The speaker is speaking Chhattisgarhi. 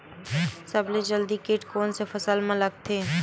सबले जल्दी कीट कोन से फसल मा लगथे?